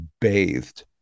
bathed